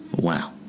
wow